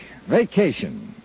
vacation